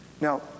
Now